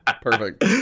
Perfect